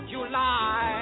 July